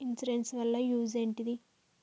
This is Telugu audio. ఇన్సూరెన్స్ వాళ్ల యూజ్ ఏంటిది?